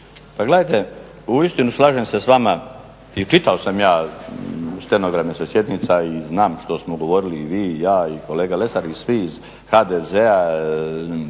Pa gledajte, uistinu slažem se s vama i čitao sam ja stenograme sa sjednica i znam što smo govorili i vi i ja i kolega Lesar i svi iz HDZ-a,